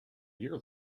year